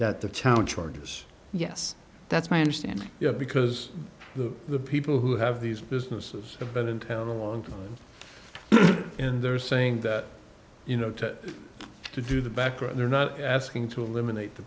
that the town charges yes that's my understanding because the people who have these businesses have been in town along and they're saying that you know to to do the background they're not asking to eliminate the